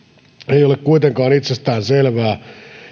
ei ole kuitenkaan itsestäänselvää